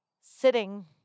sitting